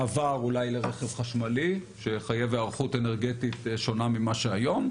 מעבר אולי לרכב חשמלי שיחייב היערכות אנרגטית שונה ממה שהיום,